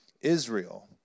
Israel